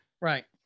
Right